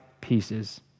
pieces